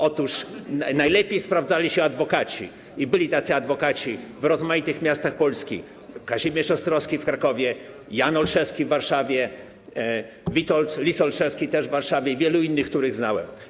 Otóż najlepiej sprawdzali się adwokaci i byli tacy adwokaci w rozmaitych miastach Polski: Kazimierz Ostrowski w Krakowie, Jan Olszewski w Warszawie, Witold Lis-Olszewski też w Warszawie i wielu innych, których znałem.